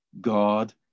God